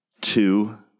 two